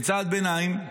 כצעד ביניים,